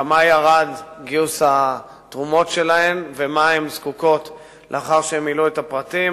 כמה ירד גיוס התרומות שלהן ולמה הן זקוקות לאחר שהן מילאו את הפרטים.